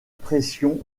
pression